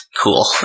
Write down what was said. cool